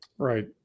Right